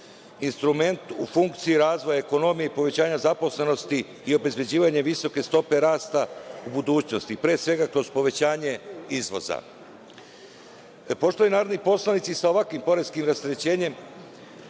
instrument u funkciji razvoja ekonomije i povećanja zaposlenosti i obezbeđivanja visoke stope rasta u budućnosti, pre svega kroz povećanje izvoza. Poštovani narodni poslanici, sa ovakvim poreskim rasterećenjem